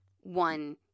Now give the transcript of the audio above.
one